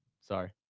Sorry